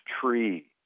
tree